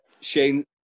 Shane